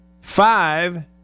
Five